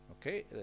Okay